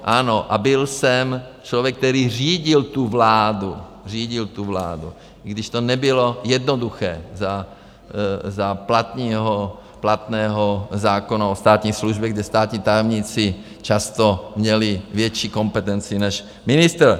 Ano, a byl jsem člověk, který řídil tu vládu řídil tu vládu, i když to nebylo jednoduché za platného zákona o státní službě, kde státní tajemníci často měli větší kompetenci než ministr.